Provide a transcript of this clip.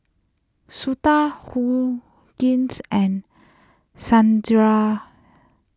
Suda and Sundaraiah